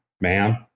ma'am